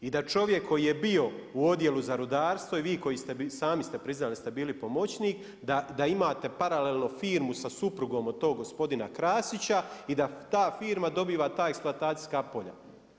I da čovjek koji je bio u Odjelu za rudarstvo, i vi koji, sami ste priznali da ste bili pomoćnik, da imate paralelno firmu sa suprugom od tog gospodina Krasića, i da ta firma dobiva ta eksploatacijska polja.